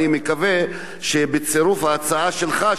אני מקווה שבצירוף ההצעה שלך,